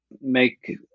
make